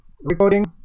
recording